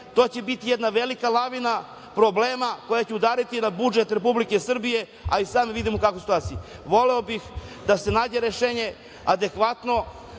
to će biti jedna velika lavina problema koja će udariti na budžet Republike Srbije, a i sad vidimo u kakvoj je situaciji. Voleo bih da se nađe rešenje adekvatno,